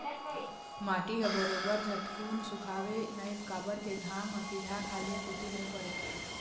माटी ह बरोबर झटकुन सुखावय नइ काबर के घाम ह सीधा खाल्हे कोती नइ परय